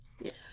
Yes